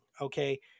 Okay